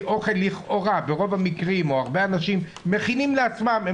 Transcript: כי אוכל הרבה אנשים מכינים לעצמם.